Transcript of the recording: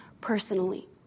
personally